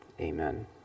amen